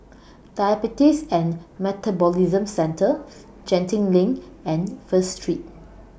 Diabetes and Metabolism Centre Genting LINK and First Street